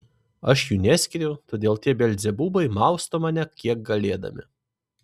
aš jų neskiriu todėl tie belzebubai mausto mane kiek galėdami